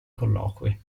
colloqui